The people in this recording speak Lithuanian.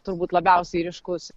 turbūt labiausiai ryškus